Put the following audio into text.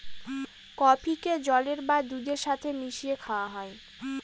কফিকে জলের বা দুধের সাথে মিশিয়ে খাওয়া হয়